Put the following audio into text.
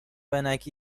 ونک